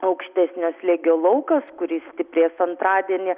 aukštesnio slėgio laukas kuris stiprės antradienį